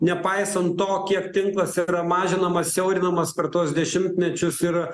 nepaisant to kiek tinklas yra mažinamas siaurinamas per tuos dešimtmečius ir